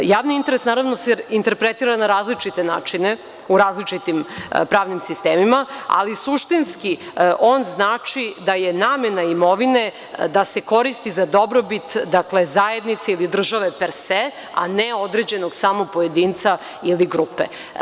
Javni interes se interpretira na različite načine u različitim pravnim sistemima, ali suštinski on znači da je namena imovine da se koristi za dobrobit zajednice ili države „perse“, a ne određenog samog pojedinca ili grupe.